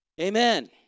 Amen